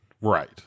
Right